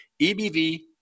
EBV